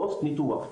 פוסט ניתוח.